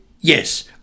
Yes